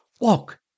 walk